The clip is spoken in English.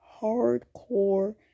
hardcore